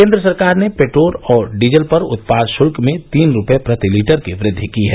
केन्द्र सरकार ने पेट्रोल और डीजल पर उत्पाद शुल्क में तीन रुपये प्रति लीटर की वृद्वि की है